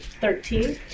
Thirteen